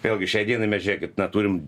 vėlgi šiai dienai mes žiūrėkit na turim